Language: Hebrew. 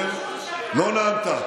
יחד, מה אתה משווה?